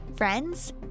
friends